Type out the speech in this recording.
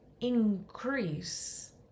increase